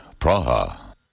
Praha